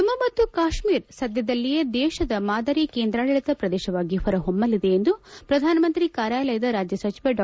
ಜಮ್ಮ ಮತ್ತು ಕಾಶ್ಮೀರ ಸಧ್ಯದಲ್ಲಿಯೇ ದೇಶದ ಮಾದರಿ ಕೇಂದ್ರಾಡಳಿತ ಪ್ರದೇಶವಾಗಿ ಹೊರ ಹೊಮ್ಮಲಿದೆ ಎಂದು ಪ್ರಧಾನಮಂತ್ರಿ ಕಾರ್ಯಾಲಯದ ರಾಜ್ಯ ಸಚಿವ ಡಾ